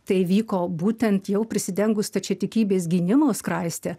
tai vyko būtent jau prisidengus stačiatikybės gynimo skraiste